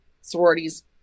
sororities